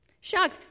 Shocked